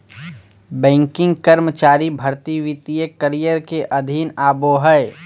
banking कर्मचारी भर्ती वित्तीय करियर के अधीन आबो हय